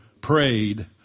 prayed